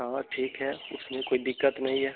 हाँ ठीक है उसमें कोई दिक्कत नहीं है